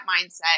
mindset